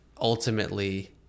ultimately